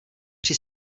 při